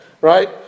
right